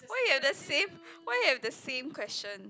why you have the same why you have the same question